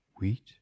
wheat